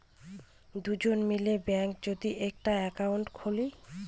দুজন মিলে ব্যাঙ্কে যদি একটা একাউন্ট খুলে